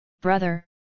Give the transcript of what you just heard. brother